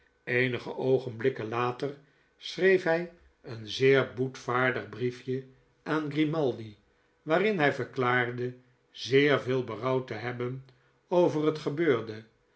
eenige oogenblikken later schreef hij een zeer boetvaardig brief je aan grimaldi waarin hij verklaarde zeer veel berouw te hebben over het gebeurde